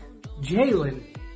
Jalen